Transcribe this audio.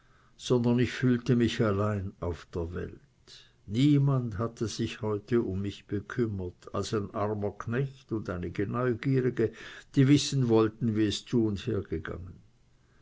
sondern ich fühlte mich allein auf der welt niemand hatte sich heute um mich bekümmert als ein armer knecht und einige neugierige die wissen wollten wie es zu und hergegangen